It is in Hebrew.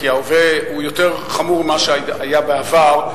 כי ההווה יותר חמור ממה שהיה בעבר,